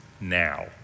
now